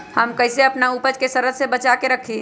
हम कईसे अपना उपज के सरद से बचा के रखी?